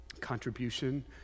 contribution